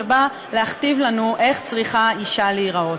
שבא להכתיב לנו איך צריכה אישה להיראות.